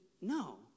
No